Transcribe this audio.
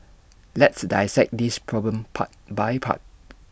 let's dissect this problem part by part